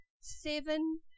seven